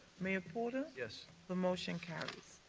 mayor porter yes. the motion carries.